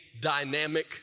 dynamic